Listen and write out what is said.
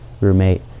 Roommate